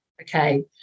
okay